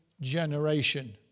generation